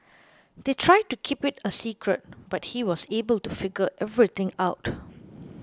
they tried to keep it a secret but he was able to figure everything out